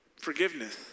Forgiveness